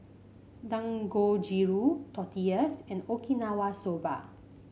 Dangojiru Tortillas and Okinawa Soba